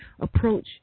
approach